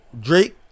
Drake